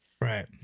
right